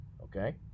okay